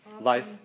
Life